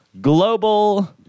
global